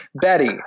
Betty